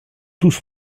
tous